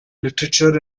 literature